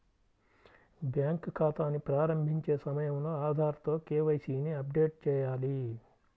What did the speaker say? bank ఖాతాని ప్రారంభించే సమయంలో ఆధార్ తో కే.వై.సీ ని అప్డేట్ చేయాలి